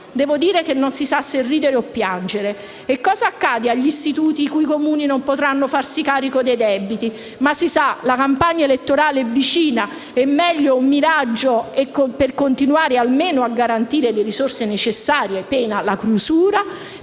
Devo dire che non si sa se ridere o piangere. E cosa accade agli istituti i cui Comuni non potranno farsi carico dei debiti? Ma si sa: la campagna elettorale è vicina ed è meglio un miraggio per continuare a garantire almeno le risorse necessarie, pena la chiusura;